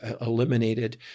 eliminated